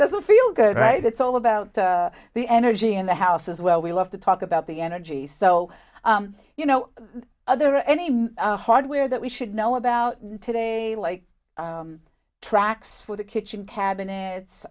doesn't feel good right it's all about the energy in the house as well we love to talk about the energy so you know other any hardware that we should know about today like tracks with a kitchen cabinets